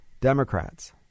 Democrats